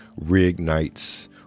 reignites